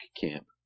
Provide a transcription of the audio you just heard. camp